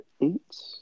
eight